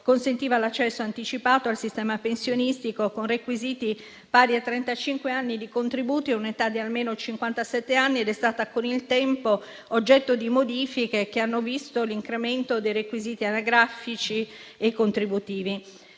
consentiva l'accesso anticipato al sistema pensionistico con requisiti pari a trentacinque anni di contributi e un'età di almeno cinquantasette anni, ed è stata, con il tempo, oggetto di modifiche che hanno visto l'incremento dei requisiti anagrafici e contributivi.